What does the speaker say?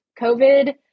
COVID